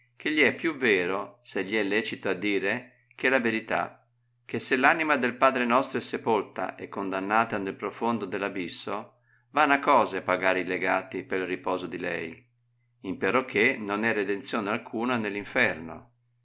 che gli è più vero se gli è lecito a dire che la verità che se l'anima del padre nostro è sepolta e condannata nel profondo dell'abisso vana cosa è pagar i legati pel riposo di lei imperocché non è redenzione alcuna nell'inferno